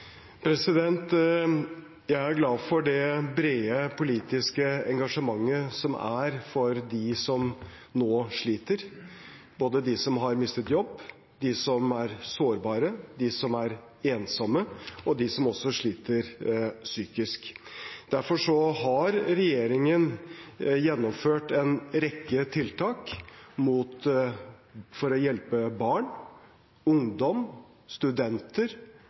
Jeg er glad for det brede politiske engasjementet for dem som nå sliter, både de som har mistet jobben, de som er sårbare, de som er ensomme, og også de som sliter psykisk. Derfor har regjeringen gjennomført en rekke tiltak for å hjelpe barn, ungdom, studenter,